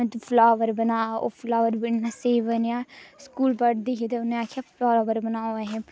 तू फलाबर बना फलाबर बनना स्हेई बनया स्कूल पढदी ही ते उ'नें आखेआ फलावर बनाओ ऐ हे